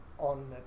On